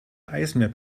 eismeer